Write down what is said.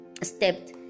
stepped